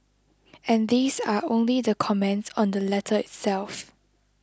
and these are only the comments on the letter itself